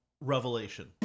revelation